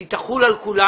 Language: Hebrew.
היא תחול על כולם.